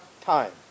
time